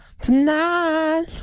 tonight